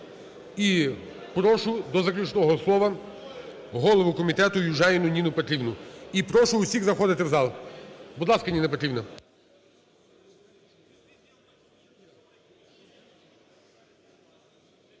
І прошу до заключного слова голову комітету Южаніну Ніну Петрівну. І прошу усіх заходити в зал. Будь ласка, Ніна Петрівна.